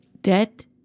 debt